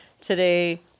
today